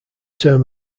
term